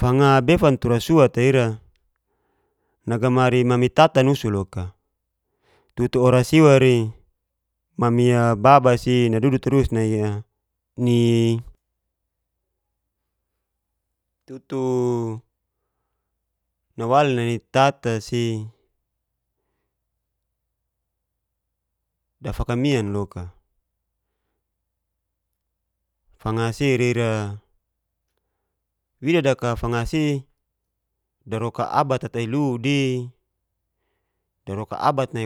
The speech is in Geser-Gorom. Fanga befan tura suat'a ira nagamari mami tata nusu loka tutu oras iwari mamai baba si nadadu tarus nai'a ni tata si dafakamian loka fanga sia reira, wida daka fanga si daroka abat'a ata ilu'di